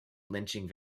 lynching